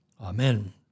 Amen